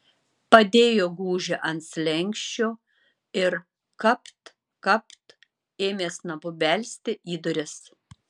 padėjo gūžį ant slenksčio ir kapt kapt ėmė snapu belsti į duris